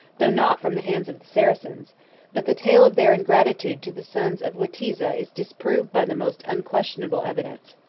though not from the hands of the saracens but the tale of their ingratitude to the sons of witiza is disproved by the most unquestionable evidence.